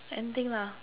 anything lah